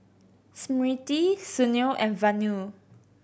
Smriti Sunil and Vanu